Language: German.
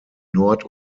nord